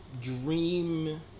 dream